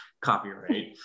copyright